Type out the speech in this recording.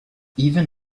even